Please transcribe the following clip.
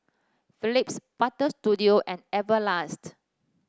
Phillips Butter Studio and Everlast